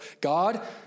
God